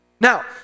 Now